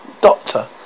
Doctor